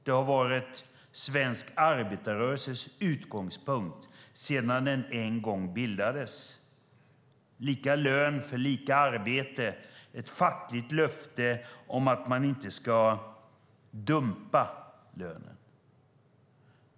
Det har varit svensk arbetarrörelses utgångspunkt sedan den en gång bildades. Lika lön för lika arbete - ett fattigt löfte om att man inte ska dumpa lönen.